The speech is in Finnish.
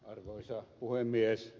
arvoisa puhemies